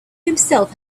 himself